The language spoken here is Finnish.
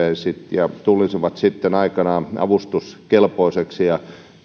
ja tulisivat sitten aikanaan avustuskelpoisiksi ja